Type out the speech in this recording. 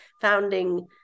founding